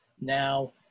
now